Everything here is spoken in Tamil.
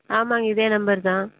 ஆமாங்க இதே நம்பர் தான்